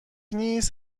نیست